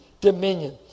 dominion